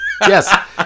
Yes